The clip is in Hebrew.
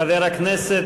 חבר הכנסת